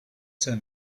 term